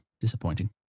Disappointing